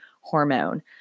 hormone